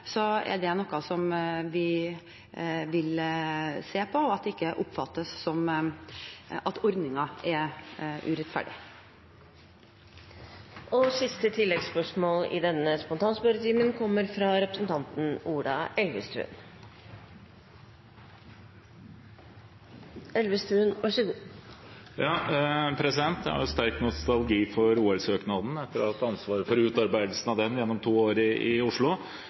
er noe vi vil se på, så det ikke oppfattes slik at ordningen er urettferdig. Ola Elvestuen – til siste oppfølgingsspørsmål. Jeg har sterk nostalgi for OL-søknaden etter å ha hatt ansvaret for utarbeidelsen av den gjennom to år i Oslo.